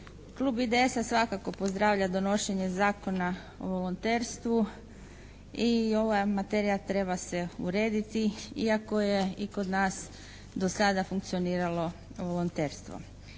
Klub IDS-a svakako pozdravlja donošenje Zakona o volonterstvu i ova materija treba se urediti iako je i kod nas do sada funkcioniralo volonterstvo.